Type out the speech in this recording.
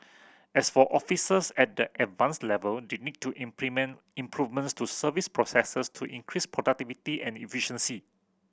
as for officers at the Advanced level they need to implement improvements to service processes to increase productivity and efficiency